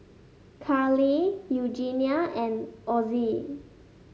Karley Eugenia and Ozzie